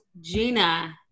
Gina